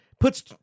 Puts